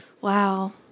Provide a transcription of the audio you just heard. wow